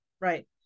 Right